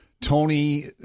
Tony